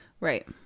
Right